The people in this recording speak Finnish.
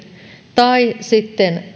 tai sitten